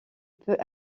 peut